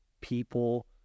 people